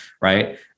right